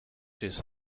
his